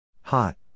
hot